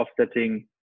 offsetting